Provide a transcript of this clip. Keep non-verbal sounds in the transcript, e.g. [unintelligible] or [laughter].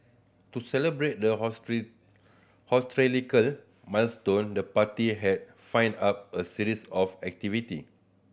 to celebrate the [unintelligible] historical milestone the party has find up a series of activity